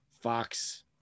Fox